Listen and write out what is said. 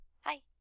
Hi